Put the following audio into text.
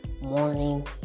morning